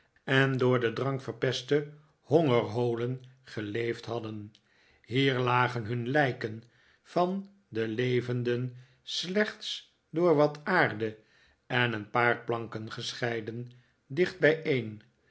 en door den drank verpeste hongerholen geleefd hadden hier lagen hun lijken van de levenden slechts door wat aarde en een paar planken gescheiden dicht bijeen